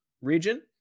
region